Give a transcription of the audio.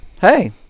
hey